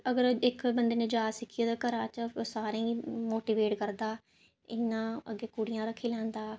अगर इक बंदे ने जाच सिक्खी दी होए घरा च सारें गी मोटिवेट करदा इ'न्ना अग्गें कुड़ियां रक्खी लैंदा